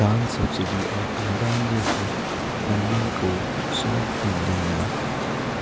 दान सब्सिडी और अनुदान जैसे फंडिंग को सॉफ्ट फंडिंग या